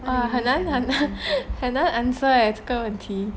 很难 answer leh 这个问题